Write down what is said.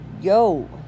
yo